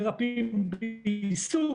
מרפאים בעיסוק